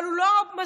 אבל הוא לא מזמין